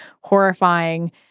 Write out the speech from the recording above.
horrifying